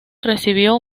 recibió